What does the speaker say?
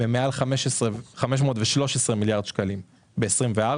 ב-513 מיליארד שקלים ב-2024,